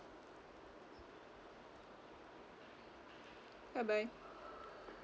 bye bye